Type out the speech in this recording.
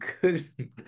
good